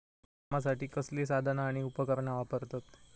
बागकामासाठी कसली साधना आणि उपकरणा वापरतत?